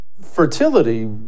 fertility